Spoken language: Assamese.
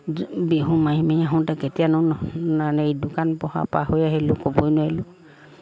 বিহু মাৰি মাৰি আহোঁতে কেতিয়ানো এই দোকান পোহাৰ পাৰ হৈ আহিলোঁ ক'বই নোৱাৰিলোঁ